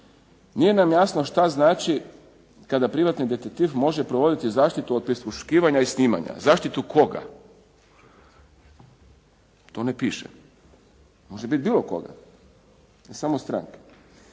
nije nam jasno šta znači kada privatni detektiv može provoditi zaštitu od prisluškivanja i snimanja. Zaštitu koga? To ne piše. Može biti bilo koga ne samo stranke.